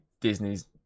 Disney's